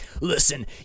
listen